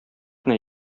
кенә